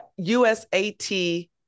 USAT